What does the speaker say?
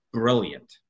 brilliant